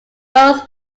lowers